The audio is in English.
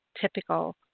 Typical